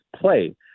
play